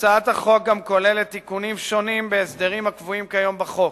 הצעת החוק גם כוללת תיקונים שונים בהסדרים הקבועים היום בחוק